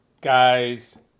guys